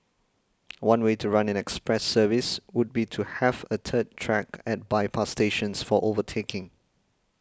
one way to run an express service would be to have a third track at by a pass stations for overtaking